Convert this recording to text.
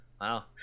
Wow